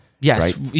Yes